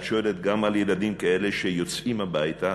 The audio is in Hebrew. את שואלת גם על ילדים כאלה שיוצאים הביתה